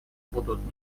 будут